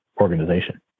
organization